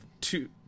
two